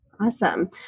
Awesome